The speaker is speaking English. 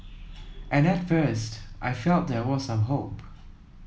and at first I felt there was some hope